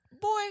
boy